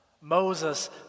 Moses